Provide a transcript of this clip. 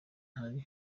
hari